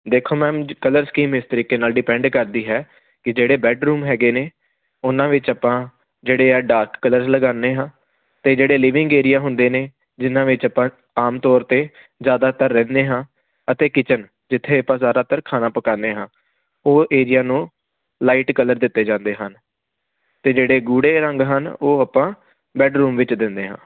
ਦੇਖੋ ਮੈਮ ਜ colour scheme ਇਸ ਤਰੀਕੇ ਨਾਲ ਡਿਪੈਂਡ ਕਰਦੀ ਹੈ ਕਿ ਜਿਹੜੇ ਬੈਡਰੂਮ ਹੈਗੇ ਨੇ ਉਹਨਾਂ ਵਿੱਚ ਆਪਾਂ ਜਿਹੜੇ ਆ ਡਾਰਕ ਕਲਰਸ ਲਗਾਉਂਦੇ ਹਾਂ ਅਤੇ ਜਿਹੜੇ ਲਿਵਿੰਗ ਏਰੀਆ ਹੁੰਦੇ ਨੇ ਜਿਨਾਂ ਵਿੱਚ ਆਪਾਂ ਆਮ ਤੌਰ 'ਤੇ ਜ਼ਿਆਦਾਤਰ ਰਹਿੰਦੇ ਹਾਂ ਅਤੇ ਕਿਚਨ ਜਿੱਥੇ ਆਪਾਂ ਜ਼ਿਆਦਾਤਰ ਖਾਣਾ ਪਕਾਉਂਦੇ ਹਾਂ ਉਹ ਏਰੀਆ ਨੂੰ ਲਾਈਟ ਕਲਰ ਦਿੱਤੇ ਜਾਂਦੇ ਹਨ ਅਤੇ ਜਿਹੜੇ ਗੂੜ੍ਹੇ ਰੰਗ ਹਨ ਉਹ ਆਪਾਂ ਬੈਡਰੂਮ ਵਿੱਚ ਦਿੰਦੇ ਹਾਂ